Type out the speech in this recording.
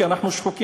כי אנחנו שחוקים,